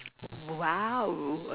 !wow!